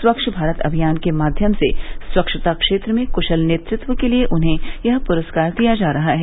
स्वच्छ भारत अभियान के माध्यम से स्वच्छता क्षेत्र में क्शल नेतृत्व के लिए उन्हें यह प्रस्कार दिया जा रहा है